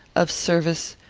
of service,